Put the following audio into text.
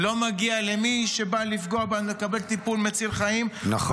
לא מגיע למי שבא לפגוע בנו לקבל טיפול מציל חיים -- נכון,